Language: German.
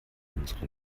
unsere